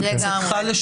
הכוונה למשרד